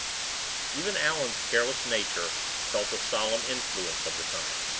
even allan's careless nature felt the solemn influence of the time.